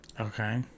Okay